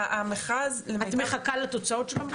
את מחכה לתוצאות של המכרז?